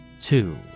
two